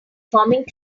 forming